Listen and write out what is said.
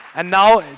and now,